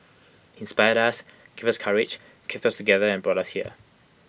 he inspired us gave us courage kept us together and brought us here